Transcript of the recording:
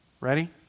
Ready